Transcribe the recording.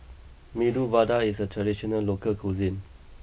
Medu Vada is a traditional local cuisine